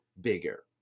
bigger